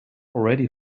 already